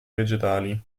vegetali